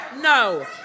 No